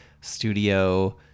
Studio